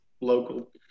local